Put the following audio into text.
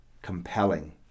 compelling